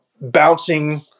bouncing